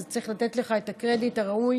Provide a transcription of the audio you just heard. אז צריך לתת לך את הקרדיט הראוי,